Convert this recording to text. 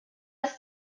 ist